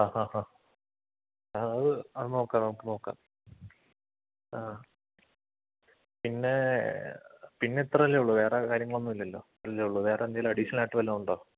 ആ ഹാ ഹാ ആ അത് അത് നോക്കാം നമുക്ക് നോക്കാം ആ പിന്നെ പിന്നെ ഇത്ര അല്ലേ ഉള്ളൂ വേറെ കാര്യങ്ങളൊന്നും ഇല്ലല്ലോ ഇല്ലേ ഉള്ളൂ വേറെയെന്തെങ്കിലും അഡിഷനലായിട്ട് വല്ലതും ഉണ്ടോ